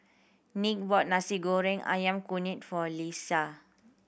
Nick bought Nasi Goreng Ayam Kunyit for Leisa